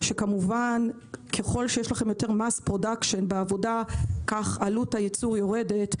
שכמובן ככל שיש לכם יותר מס פרודקשן בעבודה כך עלות הייצור יורדת,